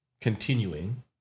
continuing